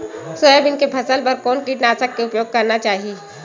Soybean के फसल बर कोन से कीटनाशक के उपयोग करना चाहि?